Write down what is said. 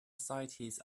ascites